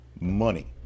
money